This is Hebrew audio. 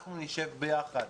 שאנחנו נשב ביחד